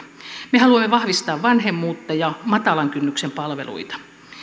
me haluamme vahvistaa vanhemmuutta ja matalan kynnyksen palveluita